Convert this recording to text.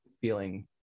feeling